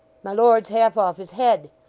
my lord's half off his head.